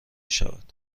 شود